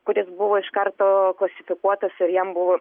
kuris buvo iš karto klasifikuotas ir jam buvo